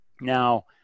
Now